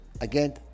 again